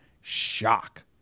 shock